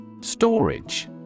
Storage